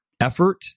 effort